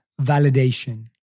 validation